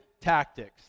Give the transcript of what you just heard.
tactics